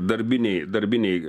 darbiniai darbiniai